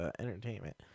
entertainment